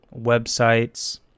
websites